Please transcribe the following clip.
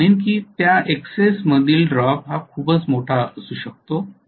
तर मी म्हणेन की त्या Xs मधील ड्रॉप खूपच मोठा असू शकेल